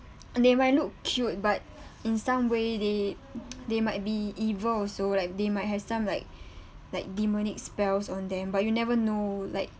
they might look cute but in some way they they might be evil also like they might have some like like demonic spells on them but you never know like